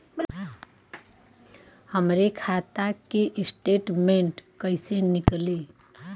हमरे खाता के स्टेटमेंट कइसे निकली?